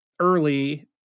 early